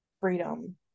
freedom